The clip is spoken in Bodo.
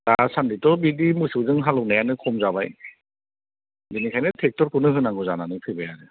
दासान्दिथ' बिदि मोसौजों हालौनायानो खम जाबाय बेनिखायनो ट्रेकटरखौनो होनांगौ जानानै फैबाय आरो